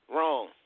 Wrong